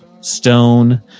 stone